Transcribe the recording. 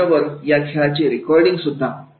याबरोबर या खेळाचे रेकॉर्डिंगसुद्धा